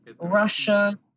Russia